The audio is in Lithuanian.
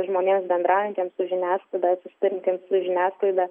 žmonėms bendraujantiems su žiniasklaida susiduriantiems su žiniasklaida